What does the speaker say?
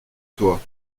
toi